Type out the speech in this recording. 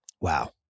Wow